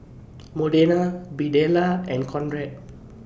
Modena Birdella and Conrad